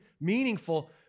meaningful